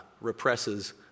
represses